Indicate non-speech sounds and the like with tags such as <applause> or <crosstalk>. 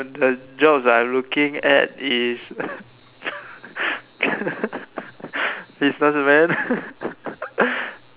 the job I'm looking at is <laughs> businessman <laughs>